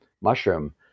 mushroom